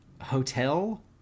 hotel